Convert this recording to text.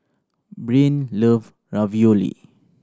Brynn love Ravioli